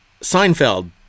Seinfeld